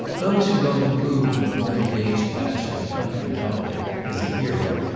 those who don't approve of a middle-aged bachelor country doctor as a hero,